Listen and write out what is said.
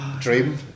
dream